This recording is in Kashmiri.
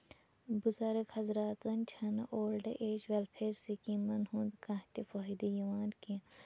بُزرٕگ حضراتَن چھےٚ نہٕ اولڈ ایج ویلفِیر سِکیٖمَن ہُند کانہہ تہِ فٲیدٕ یِوان کیٚنہہ